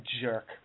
jerk